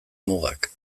mugak